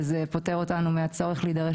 כי זה אולי יפטור אותנו מהצורך להידרש